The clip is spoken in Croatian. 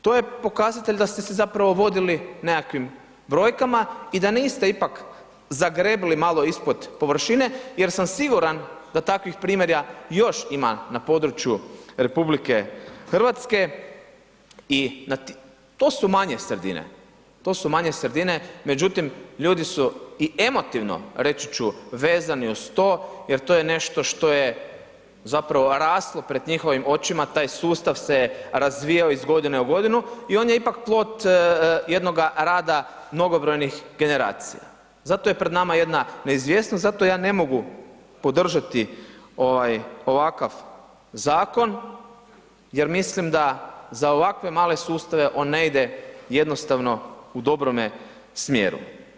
To je pokazatelj da ste se zapravo vodili nekakvim brojkama i da niste ipak zagrebli ispod površine jer sam siguran da takvih primjera još ima na području RH i to su manje sredine, to su manje sredine međutim ljudi su i emotivno reći ću vezani uz to jer to je nešto što je zapravo raslo pred njihovim očima, taj sustav se razvijao iz godine u godinu i on je plod jednoga rada mnogobrojnih generacija zato je pred nama jedna neizvjesnost, zato ja ne mogu podržati ovakav zakon jer mislim da za ovakve male sustave on ne ide jednostavno u dobre smjeru.